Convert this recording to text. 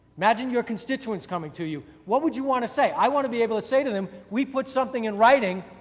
imagine your constituents coming to you, what would you want to say? i want to be able to say to them, we put something in writing,